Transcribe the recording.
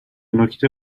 نکته